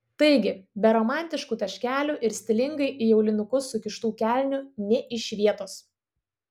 taigi be romantiškų taškelių ir stilingai į aulinukus sukištų kelnių nė iš vietos